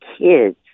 kids